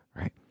right